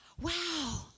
Wow